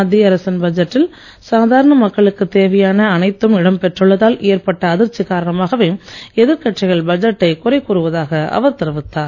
மத்திய அரசின் பட்ஜெட்டில் சாதாரண மக்களுக்குத் தேவையான அனைத்தும் இடம் பெற்றுள்ளதால் ஏற்பட்ட அதிர்ச்சி காரணமாகவே எதிர்க்கட்சிகள் பட்ஜெட்டை குறை கூறுவதாக அவர் தெரிவித்தார்